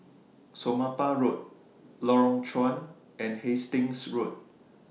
Somapah Road Lorong Chuan and Hastings Road